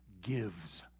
gives